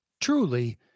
truly